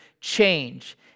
change